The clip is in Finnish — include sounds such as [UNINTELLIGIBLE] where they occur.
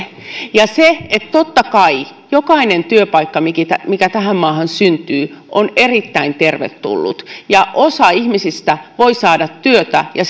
totta kai jokainen työpaikka mikä tähän maahan syntyy on erittäin tervetullut ja osa ihmisistä voi saada työtä ja [UNINTELLIGIBLE]